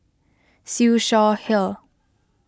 Siew Shaw Her